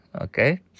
Okay